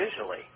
visually